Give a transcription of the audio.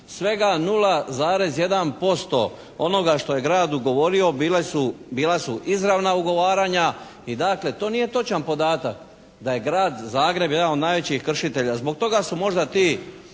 Svega 0,1% onoga što je grad ugovorio bila su izravna ugovaranja i dakle to nije točan podatak da je Grad Zagreb jedan od najvećeg kršitelja. Zbog toga su možda ti